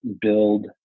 build